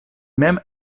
mem